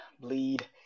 Bleed